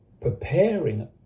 preparing